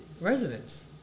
residents